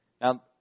Now